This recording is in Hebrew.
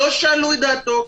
לא שאלו את דעתו,